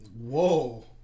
Whoa